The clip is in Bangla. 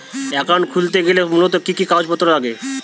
অ্যাকাউন্ট খুলতে গেলে মূলত কি কি কাগজপত্র লাগে?